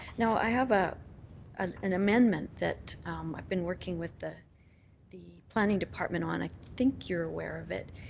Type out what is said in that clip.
now, i have ah an an amendment that i've been working with the the planning department on, i think you're aware of it.